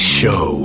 show